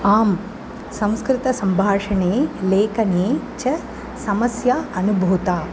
आम् संस्कृतसम्भाषणे लेखने च समस्या अनुभूता